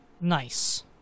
Nice